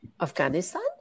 Afghanistan